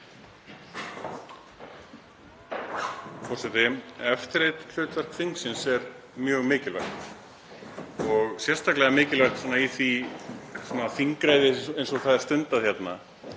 Forseti. Eftirlitshlutverk þingsins er mjög mikilvægt og sérstaklega mikilvægt í þingræði eins og það er stundað hérna.